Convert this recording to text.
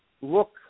look